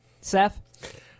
Seth